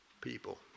People